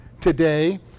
today